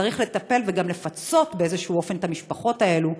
צריך לטפל וגם לפצות באיזשהו אופן את המשפחות האלה,